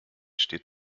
steht